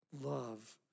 Love